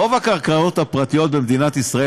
רוב הקרקעות הפרטיות במדינת ישראל,